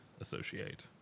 associate